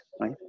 right